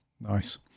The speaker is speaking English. Nice